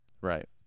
Right